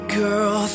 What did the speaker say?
girl